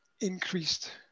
increased